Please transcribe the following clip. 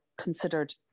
considered